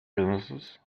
illnesses